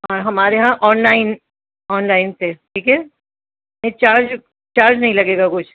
اور ہمارے یہاں آن لائن آن لائن پے ٹھیک ہے نہیں چارج چارج نہیں لگے گا کچھ